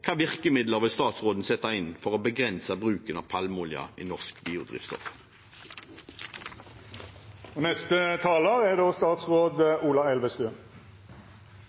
Hvilke virkemidler vil statsråden sette inn for å begrense bruken av palmeolje i norsk biodrivstoff?